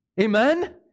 Amen